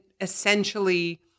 essentially